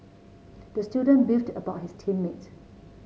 the student beefed about his team mates